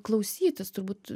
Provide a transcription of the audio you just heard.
klausytis turbūt